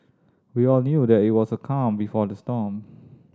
we all knew that it was the calm before the storm